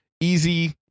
easy